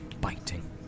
biting